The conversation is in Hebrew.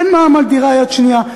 אין מע"מ על דירה יד שנייה.